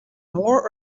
more